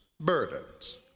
burdens